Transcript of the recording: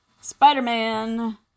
Spider-Man